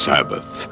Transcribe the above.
Sabbath